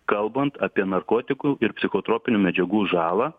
kalbant apie narkotikų ir psichotropinių medžiagų žalą